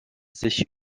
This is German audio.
sich